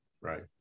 Right